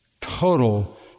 total